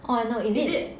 is it